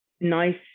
nice